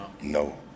No